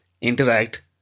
interact